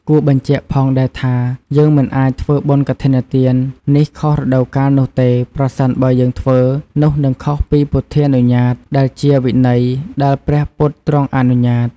គួរបញ្ជាក់ផងដែរថាយើងមិនអាចធ្វើបុណ្យកឋិនទាននេះខុសរដូវកាលនោះទេប្រសិនបើយើងធ្វើនោះនឹងខុសពី ពុទ្ធានុញ្ញាត ដែលជាវិន័យដែលព្រះពុទ្ធទ្រង់អនុញ្ញាត។